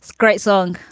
great song.